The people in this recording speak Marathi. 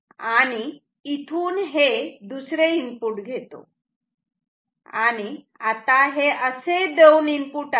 आणि इथून हे दुसरे इनपुट घेतो आणि आता हे असे दोन इनपुट आहेत